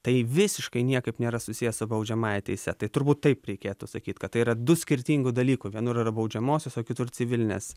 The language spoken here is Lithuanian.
tai visiškai niekaip nėra susiję su baudžiamąja teise tai turbūt taip reikėtų sakyt kad tai yra du skirtingų dalykų vienur yra baudžiamosios o kitur civilinės